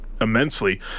immensely